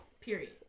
Period